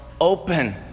open